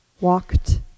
walked